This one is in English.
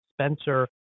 Spencer